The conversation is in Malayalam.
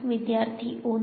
വിദ്യാർത്ഥി 1